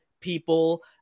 people